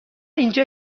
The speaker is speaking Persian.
اینجا